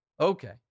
Okay